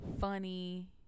funny